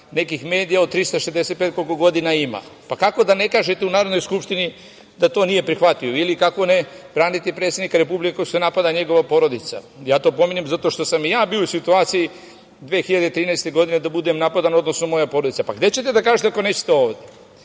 nekih medija od 365 dana, koliko godina ima, pa kako da ne kažete u Narodnoj skupštini da to nije prihvatljivo ili kako ne braniti predsednika Republike kada se napada njegova porodica. Ja to pominjem zato što sam i ja bio u situaciji 2013. godine, da budem napadan, odnosno moja porodica. Pa gde ćete da kažete, ako nećete ovde?